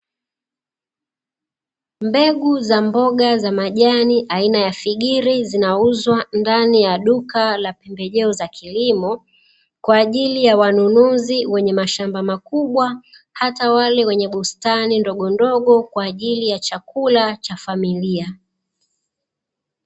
Mbegu za mboga za majani aina ya figiri zinauzwa ndani ya duka la pembejeo za kilimo kwaajili ya wananuzi wenye mashamba makubwa hata wale wenye bustani ndogondogo kwaajili ya chakula cha familia.